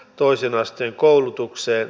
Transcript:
arvoisa herra puhemies